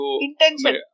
intention